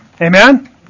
Amen